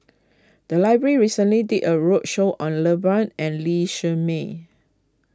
the library recently did a roadshow on Iqbal and Lee Shermay